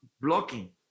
blocking